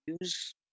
use